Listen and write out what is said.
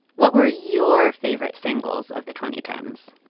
what were your favorite singles of the twenty ten s?